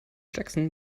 jackson